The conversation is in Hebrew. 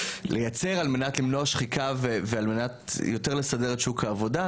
לייצר על מנת למנוע שחיקה ועל מנת לסדק יותר את שוק העבודה.